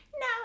no